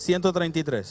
133